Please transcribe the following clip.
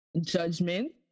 judgment